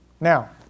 Now